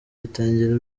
bitangira